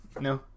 no